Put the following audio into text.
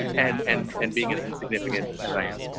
and and and being as insignificant as i am,